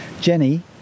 Jenny